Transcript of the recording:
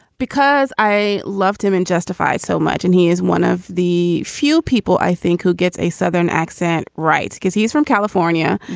because i loved him and justified so much and he is one of the few people, i think, who gets a southern accent. right, because he's from california.